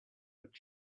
but